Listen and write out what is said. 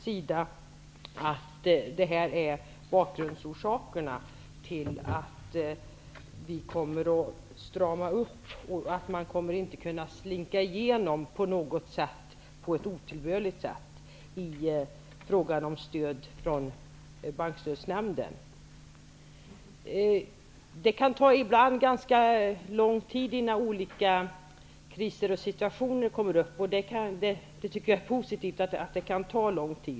Vi måste tala om bakgrunden till att vi kommer att strama upp och att ingen kommer att kunna slinka igenom på ett otillbörligt sätt i fråga om stöd från Bankstödsnämnden. Det kan ibland ta ganska lång tid innan olika kriser och situationer uppkommer, och det är positivt.